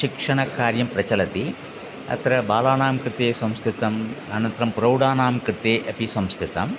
शिक्षणकार्यं प्रचलति अत्र बालानां कृते संस्कृतम् अनन्तरं प्रौढानां कृते अपि संस्कृतम्